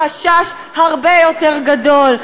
החשש הרבה יותר גדול.